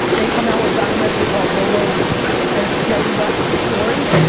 they come out with a documentary called the logo and it's jerry west's story